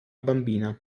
bambina